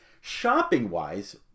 Shopping-wise